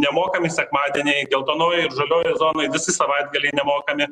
nemokami sekmadieniai geltonojoj žaliojoj zonoj visi savaitgaliai nemokami